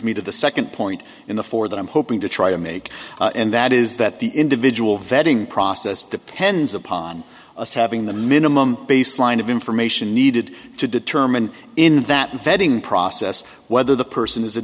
me to the second point in the four that i'm hoping to try to make and that is that the individual vetting process depends upon us having the minimum baseline of information needed to determine in that vetting process whether the person is a